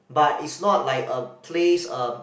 but is not like a place um